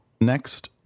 Next